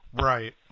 Right